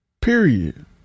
Period